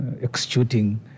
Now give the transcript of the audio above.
executing